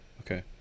Okay